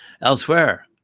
Elsewhere